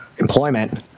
employment